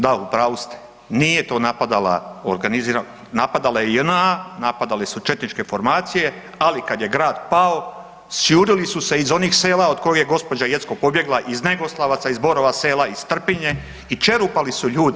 Da, u pravu ste, nije to napadala organizirana, napadale JNA, napadale su četničke formacije, ali kad je grad pao, sjurili su se iz onih sela od koji je gđa. Jeckov pobjegla iz Negoslavaca, iz Borova sela, iz Trpinje i čerupali su ljude.